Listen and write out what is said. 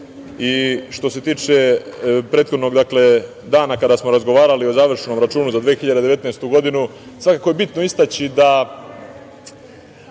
se tiče prethodnog dana, kada smo razgovarali o završnom računu za 2019. godinu, svakako je bitno istaći da